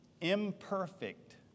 imperfect